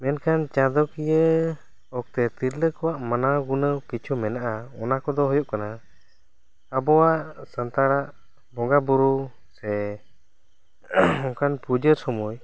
ᱢᱮᱱ ᱠᱷᱟᱱ ᱪᱟᱸᱫᱚ ᱠᱤᱭᱟᱹ ᱚᱠᱛᱮ ᱛᱤᱨᱞᱟᱹ ᱠᱚᱣᱟᱜ ᱢᱟᱱᱟᱣ ᱜᱩᱱᱟᱹᱣ ᱠᱤᱪᱷᱩ ᱢᱮᱱᱟᱜᱼᱟ ᱚᱱᱟ ᱠᱚ ᱫᱚ ᱦᱩᱭᱩᱜ ᱠᱟᱱᱟ ᱟᱵᱚᱣᱟᱜ ᱥᱟᱱᱛᱟᱲᱟᱜ ᱵᱚᱸᱜᱟ ᱵᱳᱨᱳ ᱥᱮ ᱚᱱᱠᱟᱱ ᱯᱩᱡᱟᱹ ᱥᱚᱢᱚᱭ